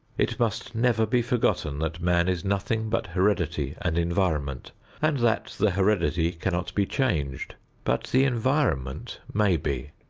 it must never be forgotten that man is nothing but heredity and environment and that the heredity cannot be changed but the environment may be.